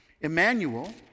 Emmanuel